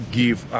give